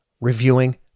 reviewing